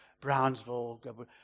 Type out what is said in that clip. Brownsville